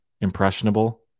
impressionable